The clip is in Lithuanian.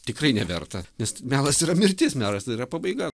tikrai neverta nes melas yra mirtis meras yra pabaiga